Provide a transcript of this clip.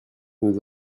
nous